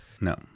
No